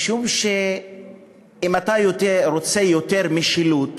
משום שאם אתה רוצה יותר משילות